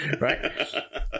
Right